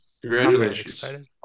Congratulations